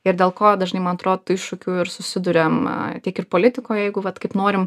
ir dėl ko dažnai man atro tų iššūkių ir susiduriam tiek ir politikoje jeigu vat kaip norim